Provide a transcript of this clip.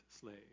slave